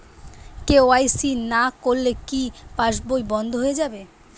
KYC না করলে কি পাশবই বন্ধ হয়ে যাবে?